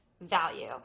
value